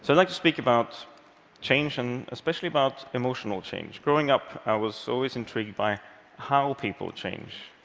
so like to speak about change, and especially about emotional change. growing up, i was always intrigued by how people change.